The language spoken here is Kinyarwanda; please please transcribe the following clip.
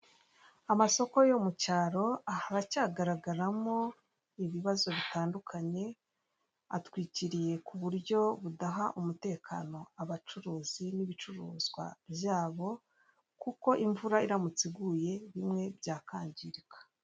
Amasoko yo mu cyaro haracyagaragaramo ibibazo bitandukanye, atwikiriye ku buryo budaha umutekano abacuruzi n'ibicuruzwa byabo, kuko imvura iramutse iguye bimwe byakangirika.